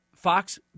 Fox